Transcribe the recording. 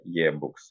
yearbooks